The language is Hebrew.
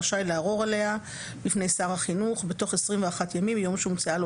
רשאי לערור עליה לפני שר החינוך בתוך 21 ימים מיום שהומצאה לו